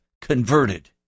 converted